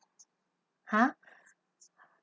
!huh!